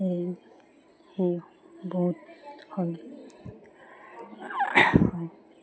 সেই সেই বহুত হয়